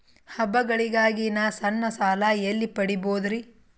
ಹಬ್ಬಗಳಿಗಾಗಿ ನಾ ಸಣ್ಣ ಸಾಲ ಎಲ್ಲಿ ಪಡಿಬೋದರಿ?